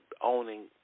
owning